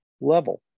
level